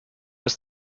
bis